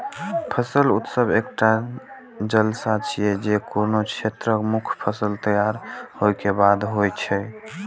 फसल उत्सव एकटा जलसा छियै, जे कोनो क्षेत्रक मुख्य फसल तैयार होय के बाद होइ छै